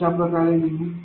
अशा प्रकारे लिहू